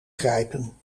grijpen